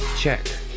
Check